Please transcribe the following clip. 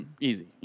Easy